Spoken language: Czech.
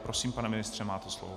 Prosím, pane ministře, máte slovo.